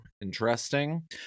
interesting